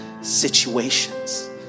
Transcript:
situations